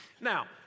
Now